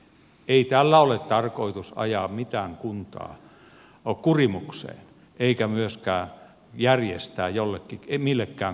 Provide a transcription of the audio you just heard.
ei tällä ole tarkoitus ajaa mitään kuntaa kurimukseen eikä myöskään järjestää millekään kunnalle lottovoittoa